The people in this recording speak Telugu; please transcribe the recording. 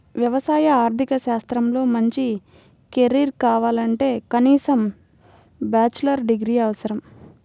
వ్యవసాయ ఆర్థిక శాస్త్రంలో మంచి కెరీర్ కావాలంటే కనీసం బ్యాచిలర్ డిగ్రీ అవసరం